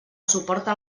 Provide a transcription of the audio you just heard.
suporta